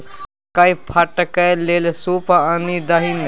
मकई फटकै लए सूप आनि दही ने